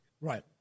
Right